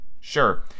Sure